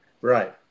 right